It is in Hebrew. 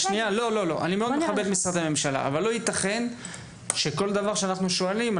אבל לא יתכן שכל דבר שאנחנו שואלים,